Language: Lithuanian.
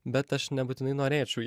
bet aš nebūtinai norėčiau jį